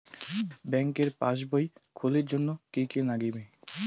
ব্যাঙ্কের পাসবই খুলির জন্যে কি কি নাগিবে?